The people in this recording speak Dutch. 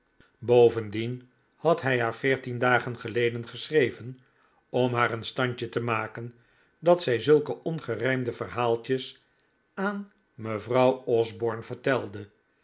bovendien had hij haar veertien dagen geleden geschreven om haar een standje te maken dat zij zulke ongerijmde verhaaltjes aan mevrouw osborne vertelde